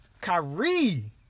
Kyrie